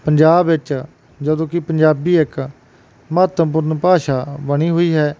ਪੰਜਾਬ ਵਿੱਚ ਜਦੋਂ ਕਿ ਪੰਜਾਬੀ ਇੱਕ ਮਹੱਤਵਪੂਰਨ ਭਾਸ਼ਾ ਬਣੀ ਹੋਈ ਹੈ